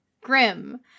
Grim